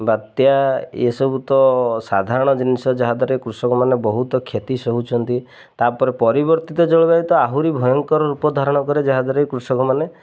ବାତ୍ୟା ଏସବୁ ତ ସାଧାରଣ ଜିନିଷ ଯାହାଦ୍ୱାରା କୃଷକମାନେ ବହୁତ କ୍ଷତି ସହୁଛନ୍ତି ତା'ପରେ ପରିବର୍ତ୍ତିତ ଜଳବାୟୁ ତ ଆହୁରି ଭୟଙ୍କର ରୂପ ଧାରଣ କରେ ଯାହାଦ୍ୱାରା କୃଷକମାନେ